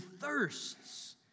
thirsts